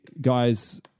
guys